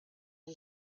who